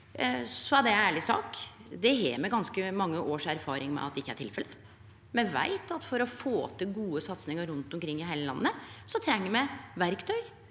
er det ei ærleg sak. Det har me ganske mange års erfaring med at ikkje er tilfellet. Me veit at for å få til gode satsingar rundt omkring i heile landet, treng me verktøy